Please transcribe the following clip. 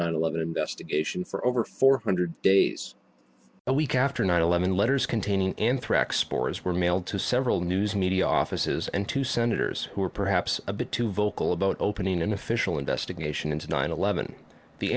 nine eleven investigation for over four hundred a week after nine eleven letters containing anthrax spores were mailed to several news media offices and two senators who were perhaps a bit too vocal about opening an official investigation into nine eleven the